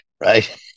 right